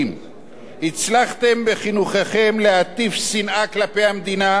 הצלחתם בחינוככם להטיף שנאה כלפי המדינה שמכבדת